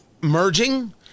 merging